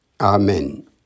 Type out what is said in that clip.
Amen